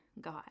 God